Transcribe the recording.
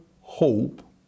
hope